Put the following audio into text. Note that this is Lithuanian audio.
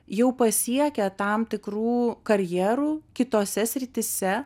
jau pasiekę tam tikrų karjerų kitose srityse